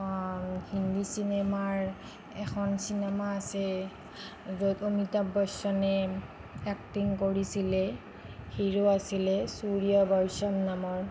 হিন্দী চিনেমাৰ এখন চিনেমা আছে য'ত অমিতাভ বচ্চনে এক্টিং কৰিছিলে হিৰো আছিলে সূৰ্যবংশম নামৰ